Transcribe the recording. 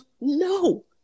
No